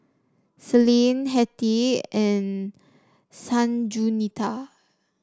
Celine Hettie and Sanjuanita